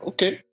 Okay